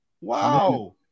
Wow